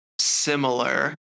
similar